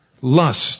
lust